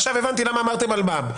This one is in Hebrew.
עכשיו הבנתי למה אמרתם אלמ"ב.